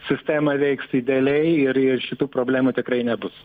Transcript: sistema veiks idealiai ir ir šitų problemų tikrai nebus